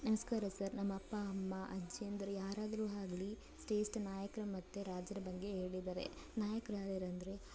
ನಮಸ್ಕಾರ ಸರ್ ನಮ್ಮ ಅಪ್ಪ ಅಮ್ಮ ಅಜ್ಜಿಯಂದಿರು ಯಾರಾದ್ರೂ ಆಗ್ಲಿ ಶ್ರೇಷ್ಠ ನಾಯಕರ ಮತ್ತು ರಾಜ್ರ ಬಗ್ಗೆ ಹೇಳಿದ್ದಾರೆ ನಾಯಕ್ರು ಯಾರು ಯಾರು ಅಂದರೆ